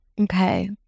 Okay